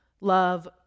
Love